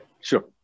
Sure